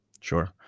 Sure